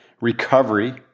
recovery